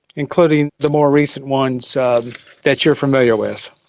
including the more recent ones that you are familiar with.